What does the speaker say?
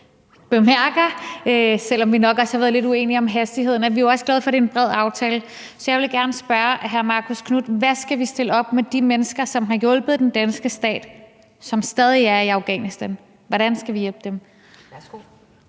bemærker, selv om vi nok også har været lidt uenige om hastigheden, og vi er jo også glade for, at det er en bred aftale. Så jeg vil gerne spørge hr. Marcus Knuth: Hvad skal vi stille op med de mennesker, som har hjulpet den danske stat, og som stadig er i Afghanistan? Hvordan skal vi hjælpe dem?